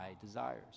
desires